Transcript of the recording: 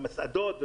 במסעדות,